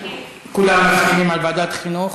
כולם מסכימים על ועדת החינוך?